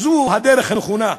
זו הדרך הנכונה.